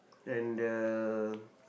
and the